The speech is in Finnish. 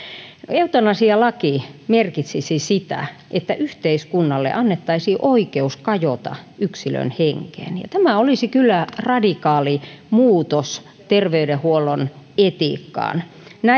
eutanasialaki merkitsisi sitä että yhteiskunnalle annettaisiin oikeus kajota yksilön henkeen ja tämä olisi kyllä radikaali muutos terveydenhuollon etiikkaan